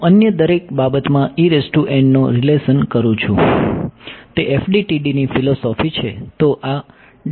હું અન્ય દરેક બાબતમાં નો રીલેશન ઇચ્છું છું તે FDTD ની ફિલોસોફી છે